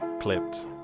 clipped